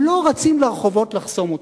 הם לא רצים רחובות לחסום אותם,